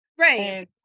Right